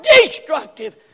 destructive